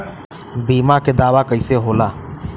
बीमा के दावा कईसे होला?